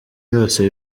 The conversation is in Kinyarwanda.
yose